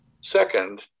Second